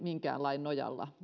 minkään lain nojalla